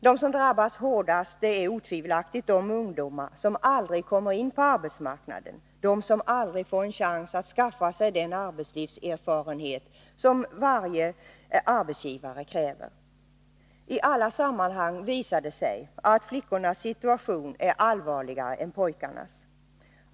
De som drabbas hårdast är otvivelaktigt de ungdomar som aldrig kommer in på arbetsmarknaden, de som aldrig får en chans att skaffa sig den arbetslivserfarenhet som varje arbetsgivare kräver. I alla sammanhang visar det sig att flickornas situation är allvarligare än pojkarnas.